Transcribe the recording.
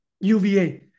UVA